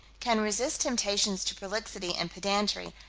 can resist temptations to prolixity and pedantry,